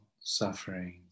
suffering